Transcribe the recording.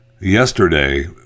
Yesterday